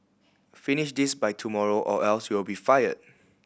finish this by tomorrow or else you'll be fired